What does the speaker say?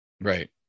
Right